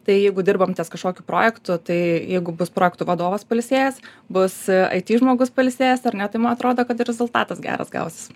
tai jeigu dirbam ties kažkokiu projektu tai jeigu bus projektų vadovas pailsėjęs bus aiti žmogus pailsėjęs ar ne tai man atrodo kad ir rezultatas geras gausis